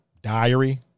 diary